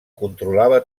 controlava